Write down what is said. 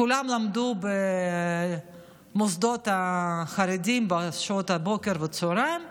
כולם למדו במוסדות החרדיים בשעות הבוקר ובצוהריים,